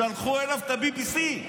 שלחו אליו את ה-BBC,